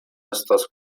estas